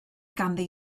ganddi